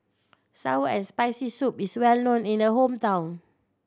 sour and Spicy Soup is well known in the hometown